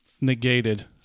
negated